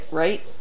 right